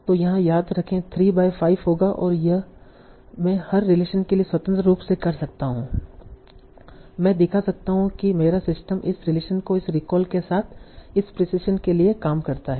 तो यहाँ याद रखें 3 बाय 5 होगा और यह मैं हर रिलेशन के लिए स्वतंत्र रूप से कर सकता हूं मैं दिखा सकता हूं कि मेरा सिस्टम इस रिलेशन को इस रिकॉल के साथ इस प्रिसिशन के लिए काम करता है